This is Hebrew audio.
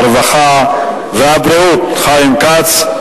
הרווחה והבריאות חיים כץ.